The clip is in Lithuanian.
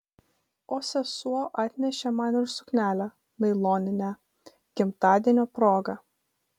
o sesuo atnešė man ir suknelę nailoninę gimtadienio proga